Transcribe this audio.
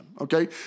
Okay